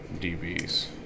dbs